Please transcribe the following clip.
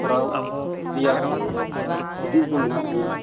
ᱠᱚᱨᱟᱣ ᱨᱮᱭᱟᱜ ᱦᱩᱫᱤᱥ ᱫᱚ ᱢᱮᱱᱟᱜ ᱛᱤᱧᱟᱹ